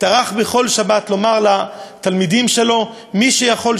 טרח בכל שבת לומר לתלמידים שלו: מי שיכול,